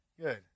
Good